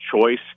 choice